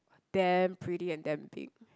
damn pretty and damn big